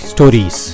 Stories